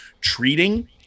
treating